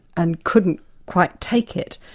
and couldn't quite take it,